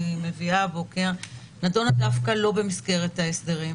מביאה הבוקר נדונה לא דווקא במסגרת חוק ההסדרים.